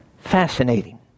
Fascinating